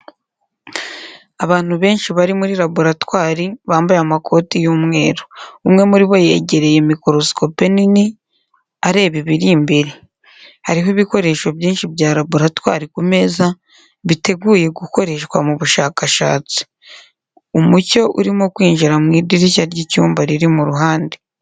Abantu benshi bari muri laboratwari, bambaye amakoti y'umweru. Umwe muri bo yegereye mikorosikope nini, areba ibiri imbere. Hariho ibikoresho byinshi bya laboratwari ku meza, biteguye gukoreshwa mu bushakashatsi. Umucyo urimo kwinjira mu idirishya ry'icyumba riri ku ruhande.